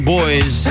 Boys